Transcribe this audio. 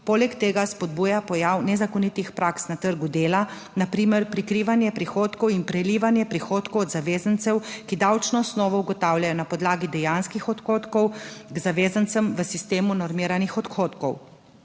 poleg tega spodbuja pojav nezakonitih praks na trgu dela, na primer prikrivanje prihodkov in **76. TRAK: (TB) - 15.15** (nadaljevanje) prelivanje prihodkov od zavezancev, ki davčno osnovo ugotavljajo na podlagi dejanskih odhodkov k zavezancem v sistemu normiranih odhodkov.